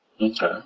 Okay